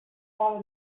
fallen